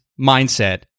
mindset